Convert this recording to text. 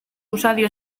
usadio